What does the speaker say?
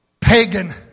Pagan